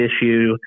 issue